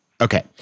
Okay